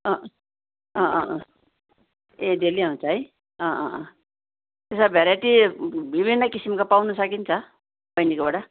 अँ अँ अँ अँ ए डेली आउँछ है अँ अँ अँ त्यसो भए भेराइटी विभिन्न किसिमको पाउन सकिन्छ बहिनीकोबाट